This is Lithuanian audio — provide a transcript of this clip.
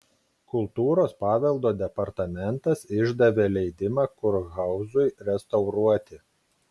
kultūros paveldo departamentas išdavė leidimą kurhauzui restauruoti